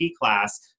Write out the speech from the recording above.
class